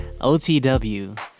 OTW